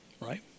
right